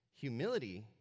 Humility